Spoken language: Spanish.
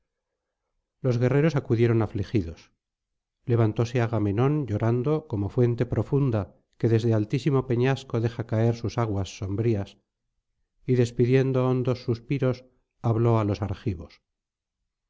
los guerreros acudieron afligidos levantóse agamenón llorando como fuente profunda que desde altísimo peñasco deja caer sus aguas sombrías y despidiendo hondos suspiros habló á los argivos